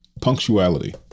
punctuality